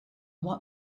want